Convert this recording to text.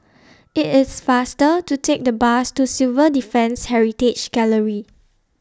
IT IS faster to Take The Bus to Civil Defence Heritage Gallery